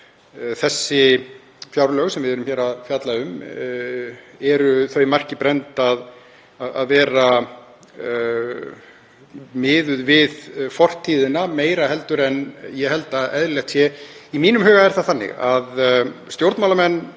þau fjárlög sem við erum hér að fjalla um eru því marki brennd að vera miðuð við fortíðina, meira en ég held að eðlilegt sé. Í mínum huga er það þannig að stjórnmálamenn